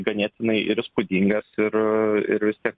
ganėtinai ir įspūdingas ir ir vis tiek